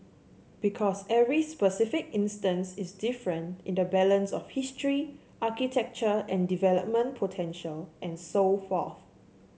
because every specific instance is different in the balance of history architecture and development potential and so forth